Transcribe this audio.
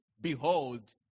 behold